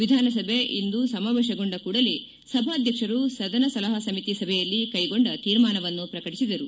ವಿಧಾನಸಭೆ ಇಂದು ಸಮಾವೇಶಗೊಂಡ ಕೂಡಲೇ ಸಭಾಧ್ಯಕ್ಷರು ಸದನ ಸಲಹಾ ಸಮಿತಿ ಸಭೆಯಲ್ಲಿ ಕೈಗೊಂಡ ತೀರ್ಮಾನವನ್ನು ಪ್ರಕಟಿಸಿದರು